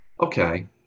okay